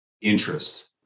interest